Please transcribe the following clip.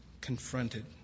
confronted